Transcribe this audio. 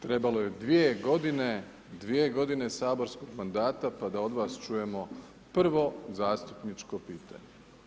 Trebalo je dvije godine, dvije godine saborskog mandata pa da od vas čujemo prvo zastupničko pitanje.